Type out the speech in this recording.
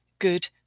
good